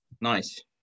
Nice